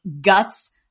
guts